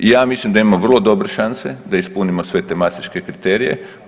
Ja mislim da imamo vrlo dobre šanse da ispunimo sve te mastreške kriterije.